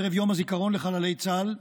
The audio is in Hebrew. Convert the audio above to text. ערב יום הזיכרון לחללי צה"ל,